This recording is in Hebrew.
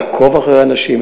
לעקוב אחרי אנשים.